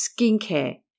skincare